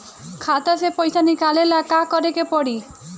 खाता से पैसा निकाले ला का का करे के पड़ी?